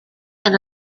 and